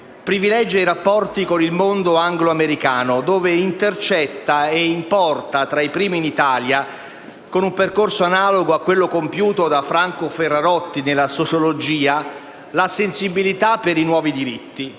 privilegia i rapporti con il mondo angloamericano, dove intercetta e da dove importa tra i primi in Italia, con un percorso analogo a quello compiuto da Franco Ferrarotti nella sociologia, la sensibilità per i nuovi diritti;